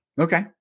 Okay